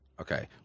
Okay